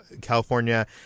California